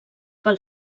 pel